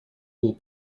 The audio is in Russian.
был